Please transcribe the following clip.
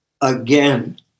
again